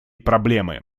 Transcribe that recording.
проблемы